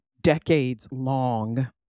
decades-long